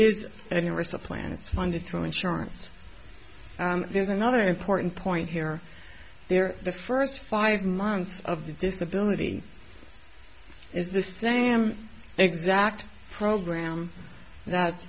is and it was a plan it's funded through insurance there's another important point here there the first five months of the disability is the same exact program that